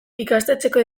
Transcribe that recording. ikastetxeko